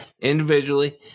Individually